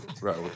Right